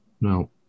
No